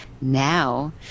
Now